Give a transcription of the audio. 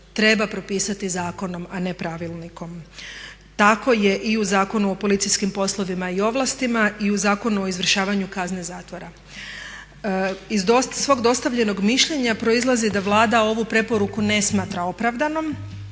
treba propisati zakonom, a ne pravilnikom. Tako je i u Zakonu o policijskim poslovima i ovlastima i u Zakonu o izvršavanju kazne zatvora. Iz svog dostavljenog mišljenja proizlazi da Vlada ovu preporuku ne smatra opravdanom